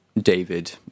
david